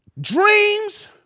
Dreams